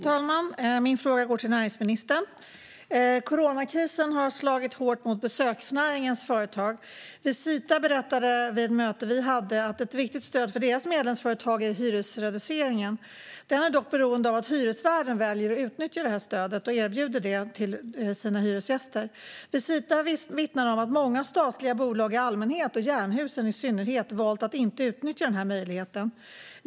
Fru talman! Min fråga går till näringsministern. Coronakrisen har slagit hårt mot besöksnäringens företag. Visita berättade vid ett möte vi hade att ett viktigt stöd för deras medlemsföretag är hyresreduceringen. Där är man dock beroende av att hyresvärden väljer att utnyttja detta stöd och erbjuder det till sina hyresgäster. Visita vittnar om att många statliga bolag i allmänhet, och Jernhusen i synnerhet, har valt att inte utnyttja möjligheten.